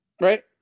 Right